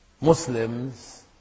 Muslims